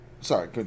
Sorry